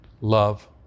Love